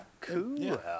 Cool